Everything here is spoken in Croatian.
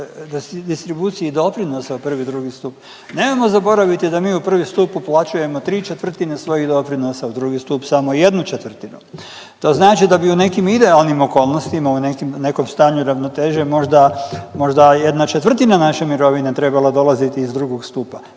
distribuciji doprinosa u 1. i 2. stup. Nemojmo zaboraviti da mi u 1. stup uplaćujemo ¾ svojih doprinosa, u 2. stup samo ¼. To znači da bi u nekim idealnim okolnostima, u nekom stanju ravnoteže možda, možda ¼ naše mirovine trebala dolaziti iz 2. stupa.